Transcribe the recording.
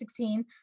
2016